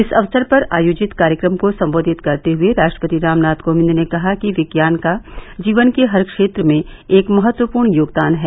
इस अवसर पर आयोजित कार्यक्रम को संबोधित करते हुए रा ट्रपति रामनाथ कोविंद ने कहा कि विज्ञान का जीवन के हर क्षेत्र में एक महत्वपूर्ण योगदान है